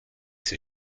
ses